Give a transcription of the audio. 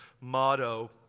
motto